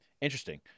Interesting